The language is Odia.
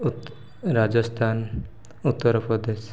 ରାଜସ୍ତାନ ଉତ୍ତରପ୍ରଦେଶ